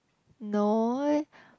no eh